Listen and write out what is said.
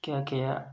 ꯀꯌꯥ ꯀꯌꯥ